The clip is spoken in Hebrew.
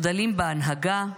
מחדלים בהנהגה,